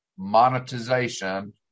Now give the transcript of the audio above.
monetization